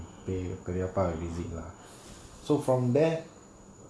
pay பெரியப்பா:periyappaa visit lah so from there